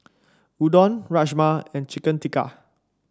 Udon Rajma and Chicken Tikka